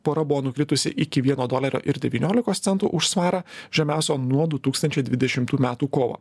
pora buvo nukritusi iki vieno dolerio ir devyniolikos centų už svarą žemiausio nuo du tūkstančiai dvidešimtų metų metų kovo